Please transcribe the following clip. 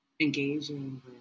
engaging